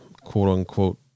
quote-unquote